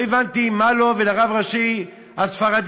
לא הבנתי מה לו ולרב הראשי הספרדי.